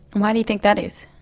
why do you think that is?